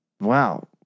Wow